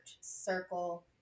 circle